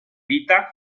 vita